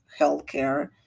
healthcare